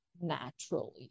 naturally